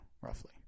roughly